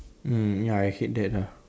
mm ya I hate that ah